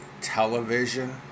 television